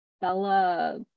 Bella